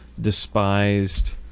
despised